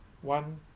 One